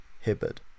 Hibbard